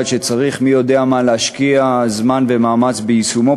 שצריך מי-יודע-מה להשקיע זמן ומאמץ ביישומו,